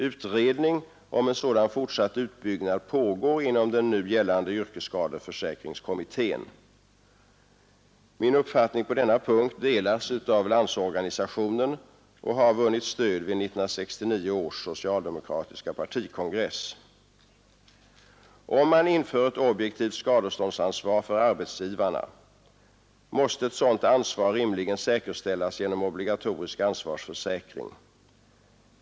Utredning om en sådan fortsatt utbyggnad pågår inom den nu arbetande yrkesskadeförsäkringskommittén. Min uppfattning på denna punkt delas av Landsorganisationen och har vunnit stöd vid 1969 års socialdemokratiska partikongress. Om man inför ett objektivt skadeståndsansvar för arbetsgivarna måste ett sådant skadestånd rimligen säkerställas genom obligatorisk ansvarsförsäkring.